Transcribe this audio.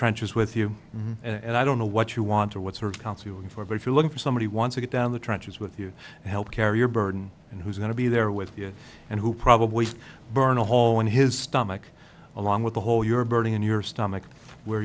trenches with you and i don't know what you want to what sort of counseling for if you're looking for somebody once you get down the trenches with you health care your burden and who's going to be there with you and who probably burn a hole in his stomach along with the hole you're burning in your stomach where